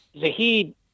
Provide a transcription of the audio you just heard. Zahid